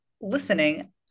listening